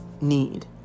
need